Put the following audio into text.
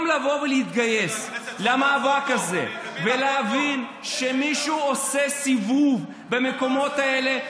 במקום לבוא ולהתגייס למאבק הזה ולהבין שמישהו עושה סיבוב במקומות האלה,